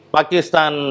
Pakistan